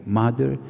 mother